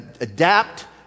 adapt